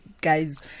Guys